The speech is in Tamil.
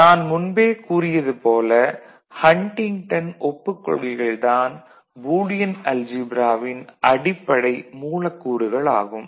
நான் முன்பே கூறியது போல ஹன்டிங்டன் ஒப்புக் கொள்கைகள் தான் பூலியன் அல்ஜீப்ராவின் அடிப்படை மூலக்கூறுகள் ஆகும்